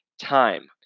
time